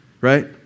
right